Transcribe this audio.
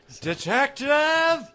Detective